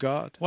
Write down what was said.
God